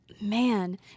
man